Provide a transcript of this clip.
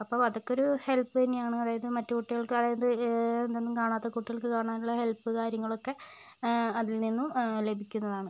അപ്പം അതൊക്കെ ഒരു ഹെൽപ് തന്നെയാണ് അതായത് മറ്റു കുട്ടികൾക്ക് അതായത് ഇതൊന്നും കാണാത്ത കുട്ടികൾക്ക് കാണാനുള്ള ഹെൽപ് കാര്യങ്ങളൊക്കെ അതിൽ നിന്നും ലഭിക്കുന്നതാണ്